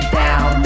down